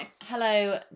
hello